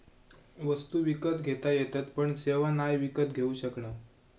वस्तु विकत घेता येतत पण सेवा नाय विकत घेऊ शकणव